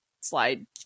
slide